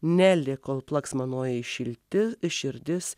neli kol plaks manoji šilti širdis